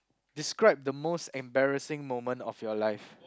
describe the most embarrassing moment of your life